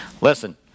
Listen